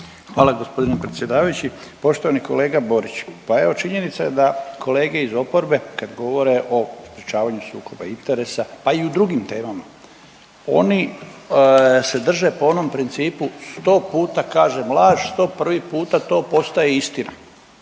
Hvala g. predsjedavajući. Poštovani kolega Borić, pa evo činjenica je da kolege iz oporbe kad govore o sprječavanju sukoba interesa, pa i u drugim temama, oni se drže po onom principu 100 puta kažem laž, 101 puta to postaje istina